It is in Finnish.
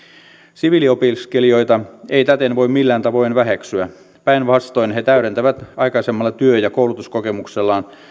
siviiliopiskelijoita ei täten voi millään tavoin väheksyä päinvastoin he täydentävät aikaisemmalla työ ja koulutuskokemuksellaan